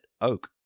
oak